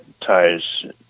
ties